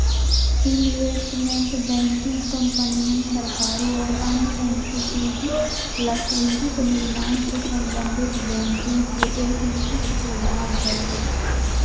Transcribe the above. investment banking कंपनियन, सरकारों और अन्य एंटिटीज ला पूंजी के निर्माण से संबंधित बैंकिंग के एक विशिष्ट प्रभाग हई